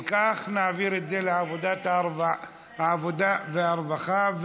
אם כך, נעביר את זה לוועדת העבודה והרווחה.